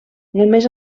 només